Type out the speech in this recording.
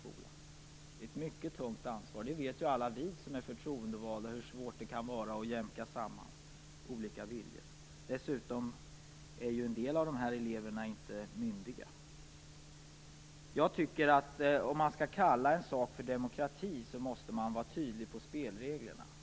Det är ett mycket tungt ansvar. Alla vi som är förtroendevalda vet hur svårt det kan vara att jämka samman olika viljor. Dessutom är en del av de här eleverna inte myndiga. Om man skall tillämpa demokrati måste man vara tydlig när det gäller spelreglerna.